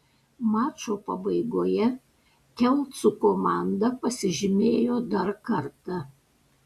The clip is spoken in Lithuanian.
mačo pabaigoje kelcų komanda pasižymėjo dar kartą